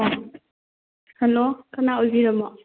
hello ꯀꯅꯥ ꯑꯣꯏꯕꯤꯔꯕꯅꯣ